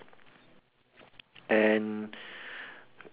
and